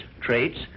traits